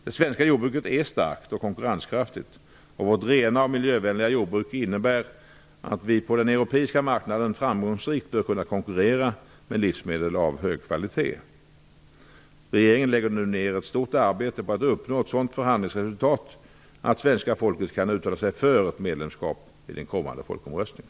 Det svenska jordbruket är starkt och konkurrenskraftigt, och vårt rena och miljövänliga jordbruk innebär att vi på den europeiska marknaden framgångsrikt bör kunna konkurrera med livsmedel av hög kvalitet. Regeringen lägger nu ned ett stort arbete på att uppnå ett sådant förhandlingsresultat att svenska folket kan uttala sig för ett medlemskap i den kommande folkomröstningen.